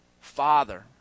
father